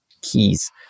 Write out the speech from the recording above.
keys